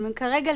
כרגע,